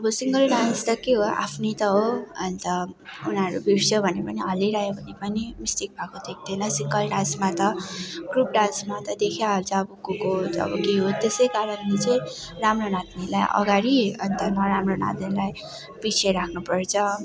अब single dance त के हो आफ्नै त हो अन्त उनीहरू बिर्सियो भने पनि हल्लिरायो भने पनि मिस्टेक भएको देख्दैन सिङ्गल डान्समा त ग्रुप डान्समा त देखिहाल्छ अब को को अब के हो त्यसैकारणले चाहिँ राम्रो नाच्नेलाई अघाडि अन्त नराम्रो नाच्नेलाई पिछे राख्नुपर्छ